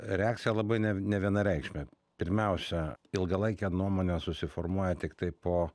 reakcija labai ne nevienareikšmė pirmiausia ilgalaikė nuomonė susiformuoja tiktai po